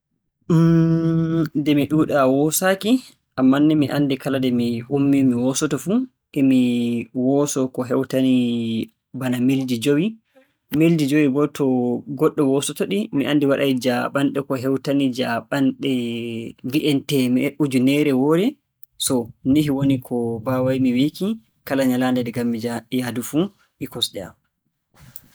Hmn, nde mi ɗuuɗaa woosaaki ammaa ni mi kala nde mi ummii mi woosoto fuu, e mi woosoo ko heewtani milji jowi. Milji jowi boo to goɗɗo woosoto-ɗi mi anndi waɗay jaaɓanɗe ko heewtani jaaɓanɗe mbi'en teeme- ujuneere woore. So nihi woni ko mbaaway-mi wiiki kala nyalaande nde ngaɗ-mi jah- yahdu fuu e kosɗe am.